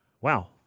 wow